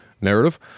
narrative